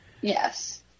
Yes